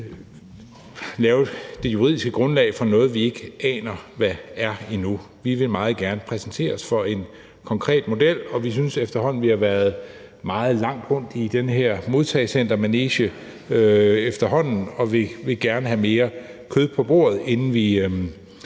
lave det juridiske grundlag for noget, vi ikke aner hvad er endnu. Vi vil meget gerne præsenteres for en konkret model, og vi synes efterhånden, vi har været meget langt rundt i den her modtagecentermanege, og vi vil gerne have mere kød på bordet, inden vi